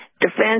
defense